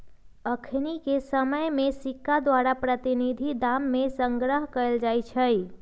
अखनिके समय में सिक्का द्वारा प्रतिनिधि दाम के संग्रह कएल जाइ छइ